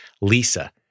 Lisa